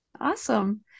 awesome